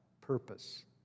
purpose